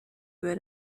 über